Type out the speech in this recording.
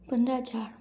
पन्द्राह हज़ार